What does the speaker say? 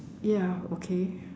ya okay